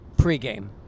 Pre-game